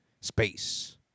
Space